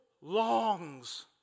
longs